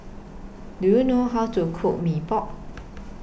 Do YOU know How to Cook Mee Pok